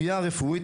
הרפואית,